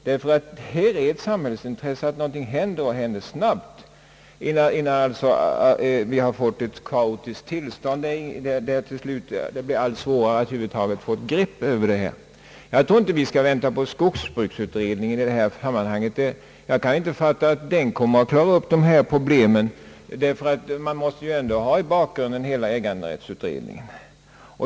Här är det nämligen ett samhällsintresse att någonting händer — och händer snabbt — innan vi får ett kaotiskt tillstånd, där det blir allt svårare att över huvud taget få ett grepp över förhållandena. Vi skall nog inte vänta på skogs bruksutredningen i detta sammanhangse Jag kan inte fatta att den skulle kunna klara upp dessa problem. Man måste ju ändå i bakgrunden ha hela äganderättsutredningen.